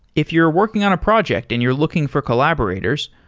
if you're working on a project and you're looking for collaborators,